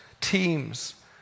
teams